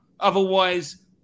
Otherwise